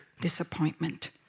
disappointment